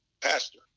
pastor